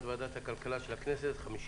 ט"ו באב התש"ף ,